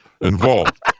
involved